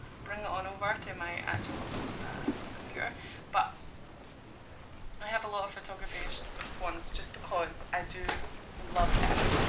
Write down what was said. bring on over to my actual computer but i have a lot of photography of swans just because i do love them.